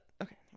okay